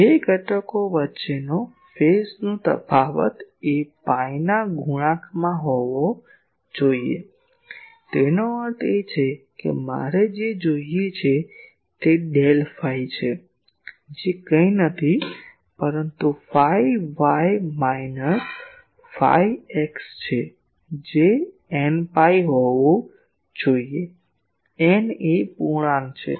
2 ઘટકો વચ્ચેનો સમય ફેઝનો તફાવત એ પાઈ ના ગુણાંકમાં હોવો જોઈએ તેનો અર્થ એ કે મારે જે જોઈએ છે તે ડેલ ફાઈ છે જે કંઈ નથી પરંતુ phi y minus phi x જે n પાઈ હોવું જોઈએ n એ પૂર્ણાંક છે